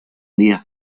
día